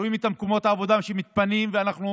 רואים את מקומות העבודה שמתפנים, ואנחנו